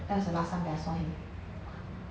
that was the last time that I saw him